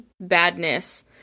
badness